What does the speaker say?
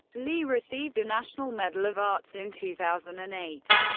lee received a national medal of arts in two thousand and eight.